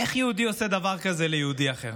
איך יהודי עושה דבר כזה ליהודי אחר?